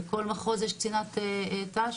בכל מחוז יש קצינת ת"ש,